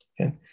Okay